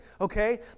okay